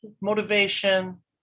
motivation